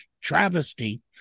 travesty